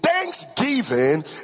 Thanksgiving